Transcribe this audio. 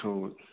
हो